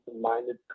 minded